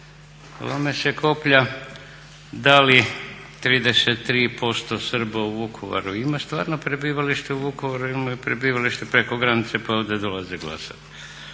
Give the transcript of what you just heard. lome se koplja da li 33% Srba u Vukovaru ima stvarno prebivalište u Vukovaru ili imaju prebivalište preko granice pa ovdje dolaze glasati?